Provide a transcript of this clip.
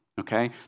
Okay